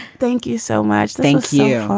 thank you so much. thank you.